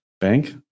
bank